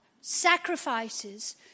sacrifices